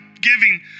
giving